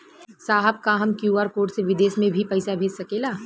साहब का हम क्यू.आर कोड से बिदेश में भी पैसा भेज सकेला?